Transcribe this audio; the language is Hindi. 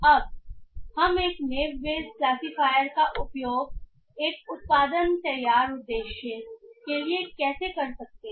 अब हम एक नेव बेस क्लासिफायरियर का उपयोग एक उत्पादन तैयार उद्देश्य के लिए कैसे कर सकते हैं